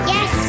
Yes